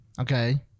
okay